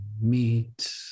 meet